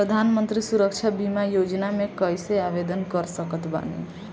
प्रधानमंत्री सुरक्षा बीमा योजना मे कैसे आवेदन कर सकत बानी?